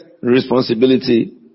Responsibility